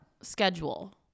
schedule